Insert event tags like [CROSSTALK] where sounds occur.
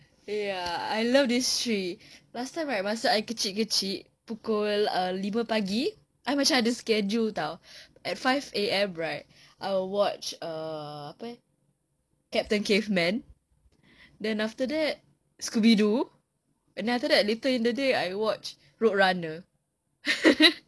err ya I love these three last time right masa I kecil-kecil pukul err lima pagi I macam ada schedule [tau] at five A_M right I will watch captain caveman then after that scooby doo and then after that in the day I will watch road runner [LAUGHS]